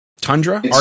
tundra